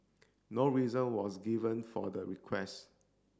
no reason was given for the request